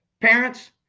parents